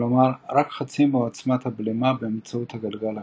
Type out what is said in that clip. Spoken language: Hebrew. כלומר רק חצי מעוצמת הבלימה באמצעות הגלגל הקדמי.